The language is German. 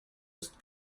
ist